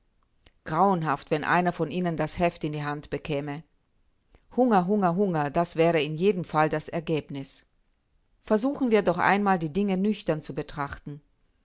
grauenhaft wenn einer von ihnen das heft in die hand bekäme hunger hunger hunger das wäre in jedem fall das ergebnis versuchen wir doch einmal die dinge nüchtern zu betrachten